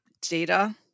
data